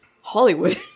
Hollywood